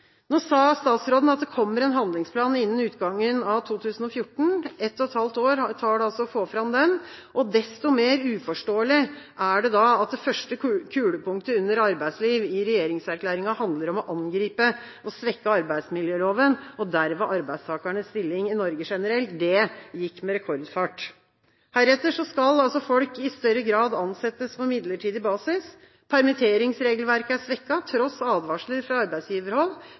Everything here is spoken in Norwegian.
sa at det kommer en handlingsplan innen utgangen av 2014 – det tar altså ett og et halvt år å få fram den – og desto mer uforståelig er det da at det første kulepunktet under temaet arbeidsliv i regjeringserklæringa handler om å angripe og svekke arbeidsmiljøloven og dermed svekke arbeidstakernes stilling i Norge generelt. Det gikk med rekordfart. Heretter skal altså folk i større grad ansettes på midlertidig basis. Permitteringsregelverket er svekket, til tross for advarsler fra arbeidsgiverhold.